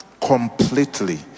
Completely